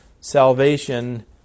salvation